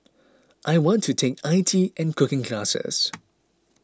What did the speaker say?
I want to take I T and cooking classes